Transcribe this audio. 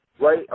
right